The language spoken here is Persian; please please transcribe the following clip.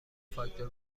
فاکتور